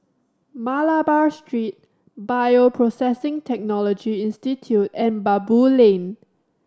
Malabar Street Bioprocessing Technology Institute and Baboo Lane